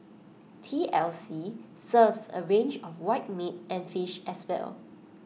T L C serves A range of white meat and fish as well